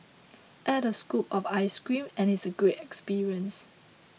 add a scoop of ice cream and it's a great experience